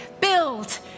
build